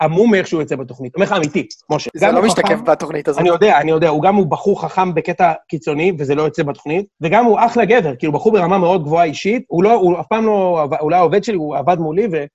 המום מאיך שהוא יוצא בתוכנית, אומר לך אמיתי, משה. - זה לא משתקף בתוכנית הזאת. - אני יודע, אני יודע, הוא גם הוא בחור חכם בקטע קיצוני, וזה לא יוצא בתוכנית, וגם הוא אחלה גבר, כאילו בחור ברמה מאוד גבוהה אישית, הוא לא, הוא אף פעם לא, הוא לא היה עובד שלי, הוא עבד מולי, ו...